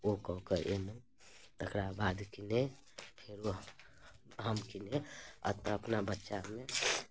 ओ कऽ कऽ अयलहुँ तकरा बाद किने फेरो हम हम किने एतय अपना बच्चामे